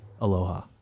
aloha